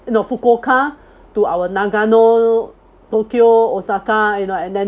no fukuoka to our nagano tokyo osaka you know and then